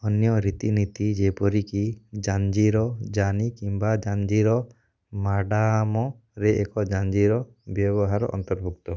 ଅନ୍ୟ ରୀତିନୀତି ଯେପରିକି ଜାଞ୍ଜିର ଜାନି କିମ୍ବା ଜାଞ୍ଜିର ମାଡ଼ାମରେ ଏକ ଜାଞ୍ଜିର ବ୍ୟବହାର ଅନ୍ତର୍ଭୁକ୍ତ